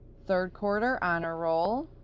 third quarter honor roll,